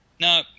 No